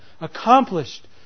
accomplished